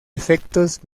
efectos